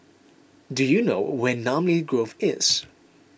do you know where Namly Grove is